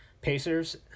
Pacers